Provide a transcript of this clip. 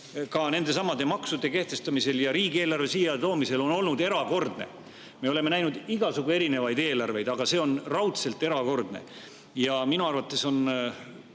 ka nendesamade maksude kehtestamisel ja enne riigieelarve siia toomist on olnud erakordsed. Me oleme näinud igasugu erinevaid eelarveid, aga see kõik on raudselt erakordne. Minu arvates on